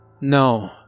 no